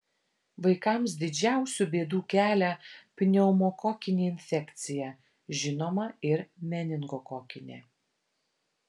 vaikams didžiausių bėdų kelia pneumokokinė infekcija žinoma ir meningokokinė